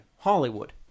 Hollywood